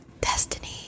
Destiny